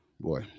Boy